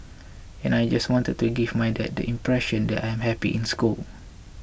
and I just wanted to give my dad the impression that I'm happy in school